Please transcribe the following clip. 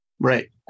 Right